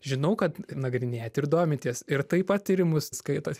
žinau kad nagrinėjat ir domitės ir taip pat tyrimus skaitot